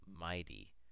mighty